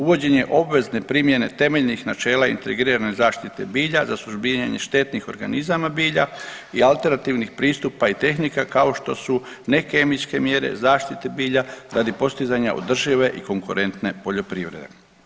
Uvođenje obvezne primjene temeljnih načela integrirane zaštite bilja za suzbijanje štetnih organizama bilja i alternativnih pristupa i tehnika kao što su ne kemijske mjere zaštite bilja radi postizanja održive i konkurentne poljoprivrede.